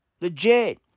Legit